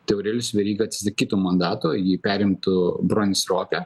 tai aurelijus veryga atsisakytų mandato jį perimtų bronis ropė